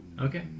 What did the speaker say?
Okay